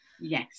yes